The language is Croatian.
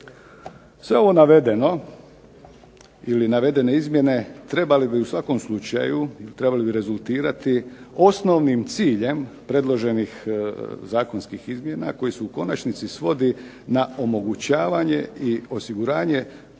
Sve ovo navedeno ili navedene izmjene trebali bi u svakom slučaju, trebali bi rezultirati osnovnim ciljem predloženih zakonskih izmjena koji se u konačnici svodi na omogućavanje i osiguranje